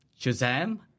Shazam